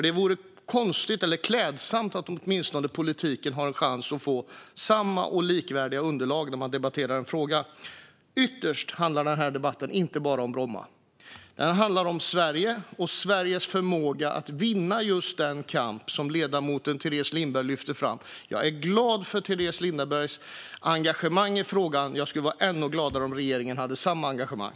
Det vore klädsamt att politiken åtminstone fick en chans att få samma och likvärdiga underlag när vi debatterar en fråga. Ytterst handlar denna debatt inte bara om Bromma. Den handlar om Sverige och Sveriges förmåga att vinna den kamp som ledamoten Teres Lindberg lyfte fram. Jag är glad över Teres Lindbergs engagemang i frågan, och jag skulle vara ännu gladare om regeringen hade samma engagemang.